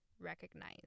recognize